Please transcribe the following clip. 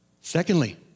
Secondly